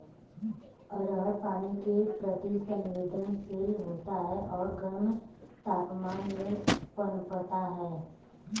अरहर पानी के प्रति संवेदनशील होता है और गर्म तापमान में पनपता है